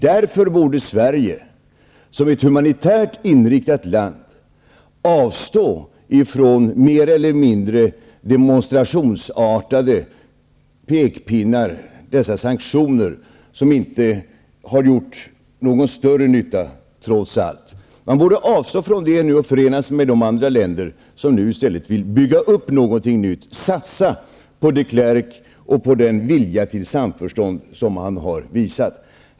Därför borde Sverige, som ett humanitärt inriktat land, avstå från mer eller mindre demonstrationsartade pekpinnar, dessa sanktioner, som trots allt inte har gjort någon större nytta. Man borde avstå från detta och förena sig med de andra länder som nu i stället vill bygga upp något nytt, satsa på de Klerk och på den vilja till samförstånd som han har visat.